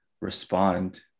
respond